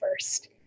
first